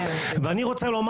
אני רוצה לומר